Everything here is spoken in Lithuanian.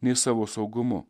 nei savo saugumu